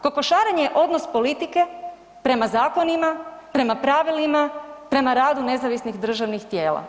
Kokošarenje je odnos politike prema zakonima, prema pravilima, prema radu nezavisnih državnih tijela.